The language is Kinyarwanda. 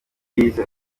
yize